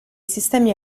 sistemi